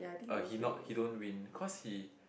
uh he not he don't win cause he